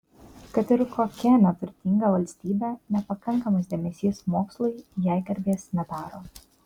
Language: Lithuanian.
kad ir kokia neturtinga valstybė nepakankamas dėmesys mokslui jai garbės nedaro